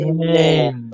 Amen